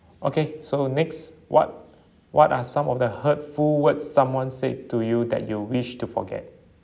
okay so next what what are some of the hurtful words someone said to you that you wish to forget